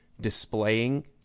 displaying